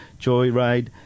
joyride